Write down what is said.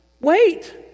wait